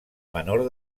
menor